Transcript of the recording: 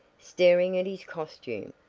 staring at his costume,